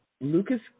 Lucas